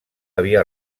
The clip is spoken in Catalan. havia